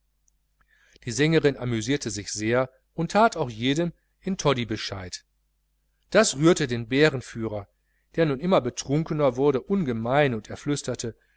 die sängerin amüsierte sich sehr und that auch jedem in toddy bescheid das rührte den bärenführer der nun immer betrunkener wurde ungemein und er flüsterte